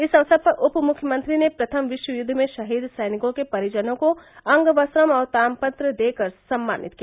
इस अवसर पर उप मुख्यमंत्री ने प्रथम विश्व युद्ध में शहीद सैनिकों के परिजनों को अंगवस्त्रम् और तामपत्र देकर सम्मानित किया